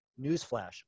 newsflash